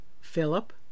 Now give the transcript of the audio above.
Philip